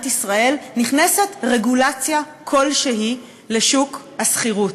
ישראל נכנסת רגולציה כלשהי לשוק השכירות.